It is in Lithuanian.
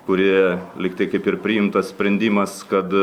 kuri lyg tai kaip ir priimtas sprendimas kad